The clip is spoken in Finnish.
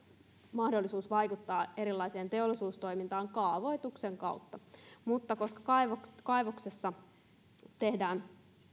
mahdollisuus vaikuttaa erilaiseen teollisuustoimintaan kaavoituksen kautta mutta koska kaivoksessa tehdään